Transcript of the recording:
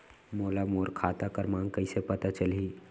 मोला मोर खाता क्रमाँक कइसे पता चलही?